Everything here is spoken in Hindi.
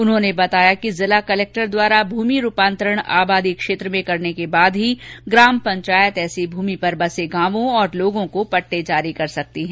उन्हॉने बताया कि जिला कलक्टर द्वारा भूमि रूपान्तरण आबादी क्षेत्र में करने के बाद ही ग्राम पंचायत ऐसी भूमि पर बसे गांवों और लोगों को पट्टे जारी कर सकती है